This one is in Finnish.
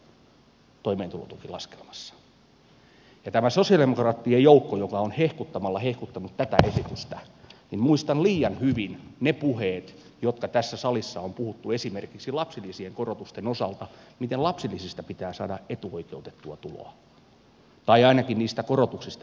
kun on tämä sosialidemokraattien joukko joka on hehkuttamalla hehkuttanut tätä esitystä niin muistan liian hyvin ne puheet jotka tässä salissa on puhuttu esimerkiksi lapsilisien korotusten osalta miten lapsilisistä pitää saada etuoikeutettua tuloa tai ainakin niistä korotuksista joita tehtiin